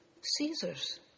Caesar's